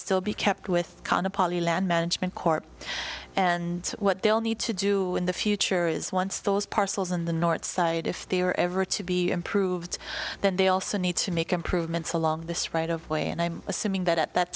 still be kept with conna poly land management court and what they'll need to do in the future is once those parcels in the north side if they are ever to be improved then they also need to make improvements along this right of way and i'm assuming that at that